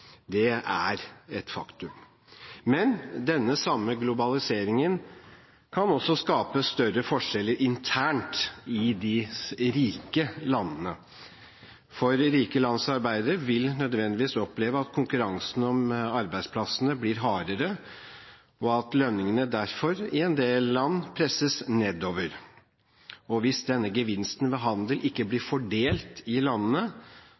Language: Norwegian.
Det er et faktum. Den samme globaliseringen kan også skape større forskjeller internt i de rike landene. For rike lands arbeidere vil nødvendigvis oppleve at konkurransen om arbeidsplassene blir hardere, og at lønningene derfor i en del land presses nedover. Hvis denne gevinsten ved handel ikke blir fordelt i landene,